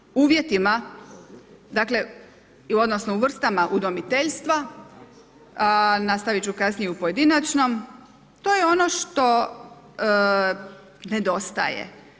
U samom, uvjetima dakle odnosno u vrstama udomiteljstva, nastavit ću kasnije i u pojedinačnom to je ono što nedostaje.